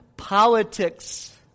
politics